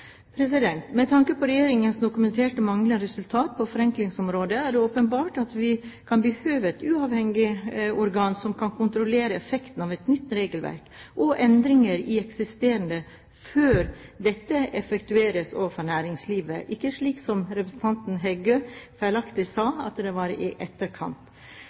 Med tanke på regjeringens dokumenterte manglende resultat på forenklingsområdet er det åpenbart at vi kan behøve et uavhengig organ som kan kontrollere effekten av et nytt regelverk og endringer i eksisterende før dette effektueres overfor næringslivet – ikke slik som representanten Heggø feilaktig sa, at det var i etterkant.